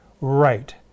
Right